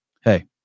Hey